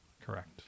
Correct